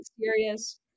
serious